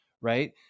right